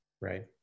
Right